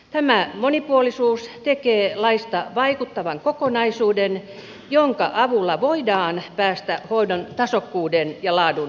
tämä monipuolisuus tekee laista vaikuttavan kokonaisuuden jonka avulla voidaan päästä hoidon tasokkuuden ja laadun nostamiseen